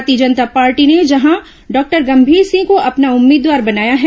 भारतीय जनता पार्टी ने जहां डॉक्टर गंभीर सिंह को अपना उम्मीदवार बनाया है